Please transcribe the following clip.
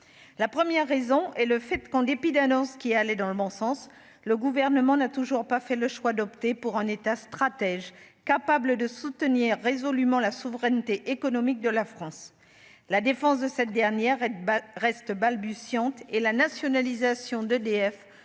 la première raison, et le fait qu'en dépit d'annonces qui allait dans le bon sens, le gouvernement n'a toujours pas fait le choix d'opter pour un État stratège capable de soutenir résolument la souveraineté économique de la France, la défense de cette dernière, elle reste balbutiante et la nationalisation d'EDF